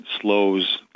slows